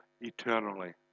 eternally